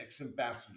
ex-ambassador